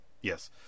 yes